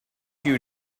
you